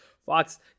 fox